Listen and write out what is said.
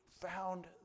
found